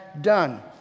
done